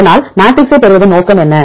அதனால்மெட்ரிக்ஸைப் பெறுவதன் நோக்கம் என்ன